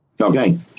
okay